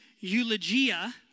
eulogia